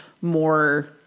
more